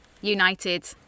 united